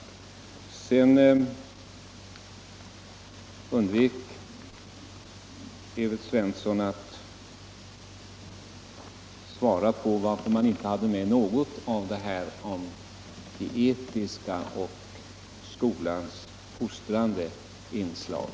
Herr Svensson i Kungälv undvek att svara på frågan varför man inte hade med något om de etiska värdena och skolans fostrande inslag.